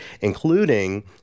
including